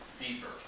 deeper